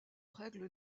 règle